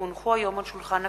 כי הונחו היום על שולחן הכנסת,